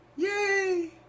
Yay